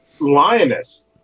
lioness